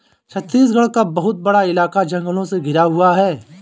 छत्तीसगढ़ का बहुत बड़ा इलाका जंगलों से घिरा हुआ है